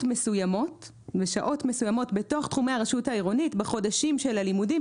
מסוימות בתוך תחומי הרשות העירונית בחודשים של הלימודים,